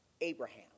Abraham